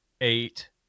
eight